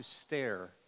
stare